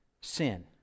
sin